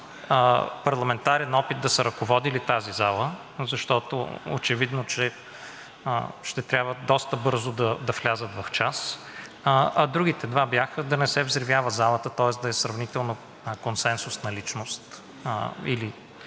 парламентарен опит, да са ръководили тази зала, защото е очевидно, че ще трябва доста бързо да влязат в час. А другите два бяха да не се взривява залата, тоест да е сравнително консенсусна личност,